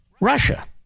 Russia